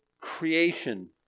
creation